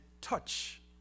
touch